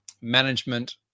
management